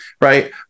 Right